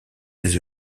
des